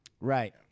Right